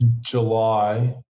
July